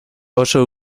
oso